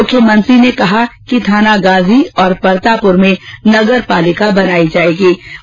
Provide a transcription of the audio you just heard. मुख्यमंत्री ने कहा कि थानागाजी और परतापुर में नगरपालिका बनाने की घोषणा की